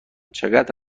چقدر